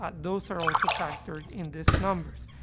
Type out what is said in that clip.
ah those are also factored in this number.